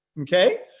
Okay